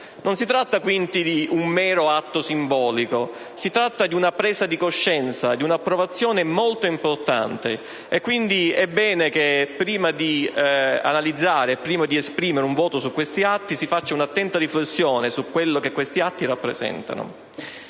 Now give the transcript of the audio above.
Non si tratta, dunque, di un mero atto simbolico: si tratta di una presa di coscienza, di un'approvazione molto importante. È bene quindi che prima di analizzare questi atti ed esprimere un voto si faccia un'attenta riflessione su quello che questi atti rappresentano.